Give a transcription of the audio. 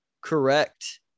correct